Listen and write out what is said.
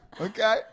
Okay